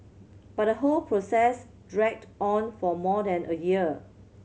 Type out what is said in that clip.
but the whole process dragged on for more than a year